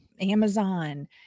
Amazon